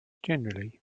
generally